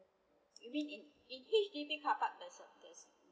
maybe in in H_D_B carpark there's a this